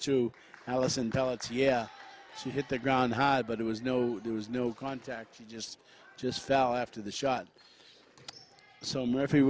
two alison tell its yeah she hit the ground high but it was no there was no contact just just fell after the shot so m